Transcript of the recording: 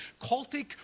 cultic